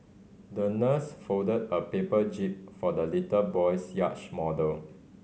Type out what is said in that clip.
the nurse folded a paper jib for the little boy's yacht model